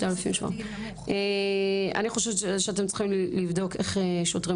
אני חושבת שאתם צריכים לבדוק איך שוטרים